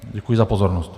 Děkuji za pozornost.